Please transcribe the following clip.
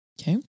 Okay